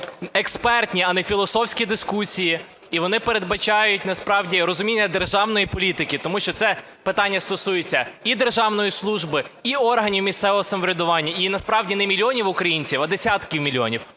експертні, а не філософські дискусії. І вони передбачають насправді розуміння державної політики, тому що це питання стосується і державної служби, і органів місцевого самоврядування, і насправді не мільйонів українців, а десятків мільйонів